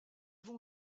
vont